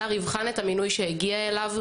השר יבחן את המינוי שהגיע אליו.